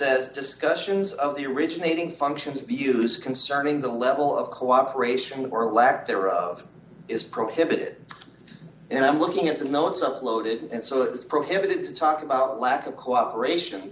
says discussions of the originating functions abuse concerning the level of cooperation or lack thereof is prohibited and i'm looking at the notes uploaded and so it's prohibited to talk about lack of cooperation